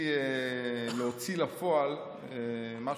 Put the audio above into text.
זכיתי להוציא לפועל משהו,